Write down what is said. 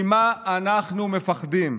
ממה אנחנו מפחדים?